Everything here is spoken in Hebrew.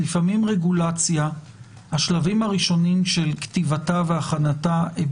לפעמים השלבים הראשונים של כתיבת רגולציה והכנתה הם